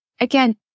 again